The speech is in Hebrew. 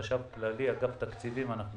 החשב הכללי ואגף התקציבים, אנחנו